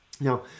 Now